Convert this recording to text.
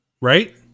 Right